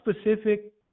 specific